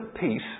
peace